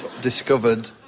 discovered